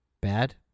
bad